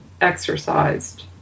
exercised